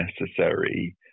necessary